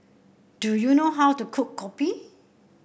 do you know how to cook Kopi